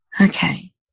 Okay